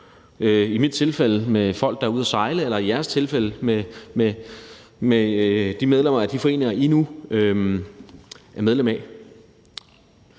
i mit tilfælde med folk, der er ude at sejle, eller som i jeres tilfælde med medlemmerne af de foreninger, I nu er medlemmer